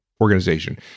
organization